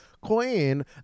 queen